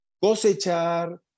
cosechar